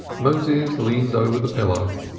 moses leaned over the pillow,